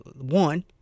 one